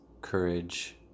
courage